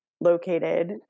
located